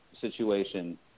situation